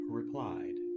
replied